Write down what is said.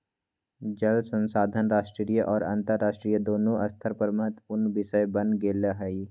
जल संसाधन राष्ट्रीय और अन्तरराष्ट्रीय दोनों स्तर पर महत्वपूर्ण विषय बन गेले हइ